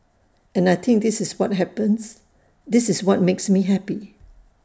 and I think this is what happens this is what makes me happy